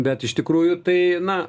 bet iš tikrųjų tai na